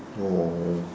oh